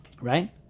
right